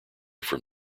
from